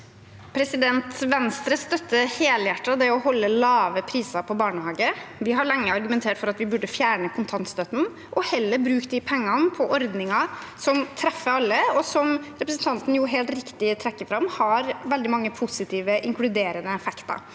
Venstre støtter helhjer- tet det å holde barnehageprisene lave. Vi har lenge argumentert for at vi burde fjerne kontantstøtten og heller bruke de pengene på ordninger som treffer alle, og som, som representanten helt riktig trekker fram, har veldig mange positive, inkluderende effekter.